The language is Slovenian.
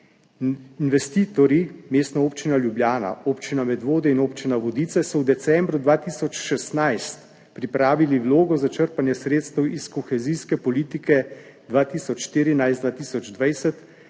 – Mestna občina Ljubljana, Občina Medvode in Občina Vodice so v decembru 2016 pripravili vlogo za črpanje sredstev iz kohezijske politike 2014–2020,